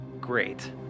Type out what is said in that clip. Great